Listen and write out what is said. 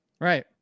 Right